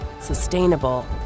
sustainable